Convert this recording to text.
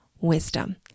wisdom